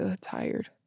tired